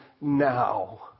now